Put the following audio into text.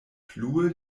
plue